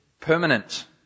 permanent